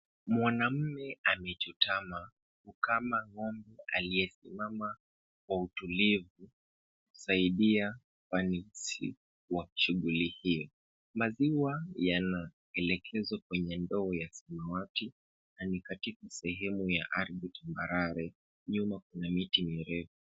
Mwanaume amechutama kukamua ng'ombe aliyesimama kwa utulivu kusaidia ufanisi wa shughuli hii. Maziwa yanaelekezwa kwenye ndoo ya samawati, na ni katika sehemu ya ardhi tambarare, nyuma kuna miti mirefu.